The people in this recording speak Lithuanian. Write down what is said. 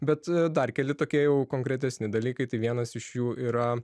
bet dar keli tokie jau konkretesni dalykai tai vienas iš jų yra